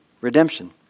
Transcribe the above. redemption